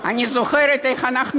אני זוכרת איך אנחנו,